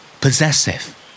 Possessive